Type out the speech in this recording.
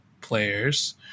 players